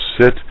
sit